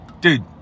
dude